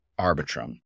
Arbitrum